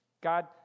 God